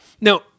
Now